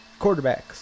Quarterbacks